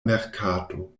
merkato